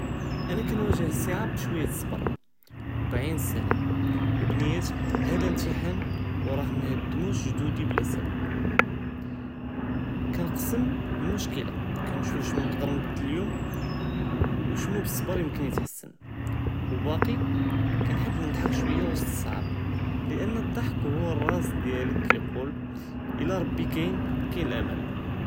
אנה קנוואג'ה אססעאב בשוייה דצרב ובעין אססלאם, ובניה האדא אימתחן וראה מהדמוש ג'דודי בלא סלאם, קנסכם אלמשכילה קנשוף שנו נקדר תבדל ליום, ו שנו בסבר יקדר יתהסן ובאקי נקדר נדחק שוייה פיוסט אססעאב, לאנו אד'דחכ הואא אלראס דיאלק קיגול אלא רבי קאיין, קאיין אלאמאן.